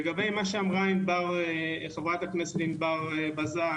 לגבי מה שאמרה חברת הכנסת ענבר בזק,